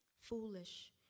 foolish